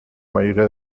mayoría